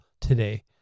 today